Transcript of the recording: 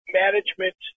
management